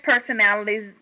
personalities